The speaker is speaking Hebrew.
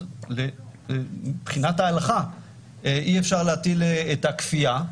שמבחינת ההלכה אי-אפשר להטיל את הכפייה,